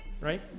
Right